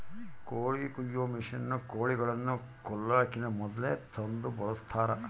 ಕೋಳಿ ಕೊಯ್ಯೊ ಮಷಿನ್ನ ಕೋಳಿಗಳನ್ನ ಕೊಲ್ಲಕಿನ ಮೊದ್ಲೇ ತಂದು ಬಳಸ್ತಾರ